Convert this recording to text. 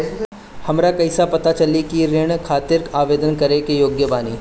हमरा कईसे पता चली कि हम ऋण खातिर आवेदन करे के योग्य बानी?